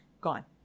gone